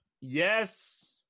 Yes